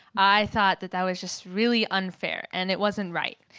i thought that that was just really unfair. and it wasn't right.